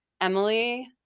Emily